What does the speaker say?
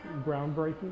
groundbreaking